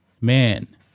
Man